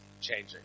changing